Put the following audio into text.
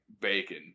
bacon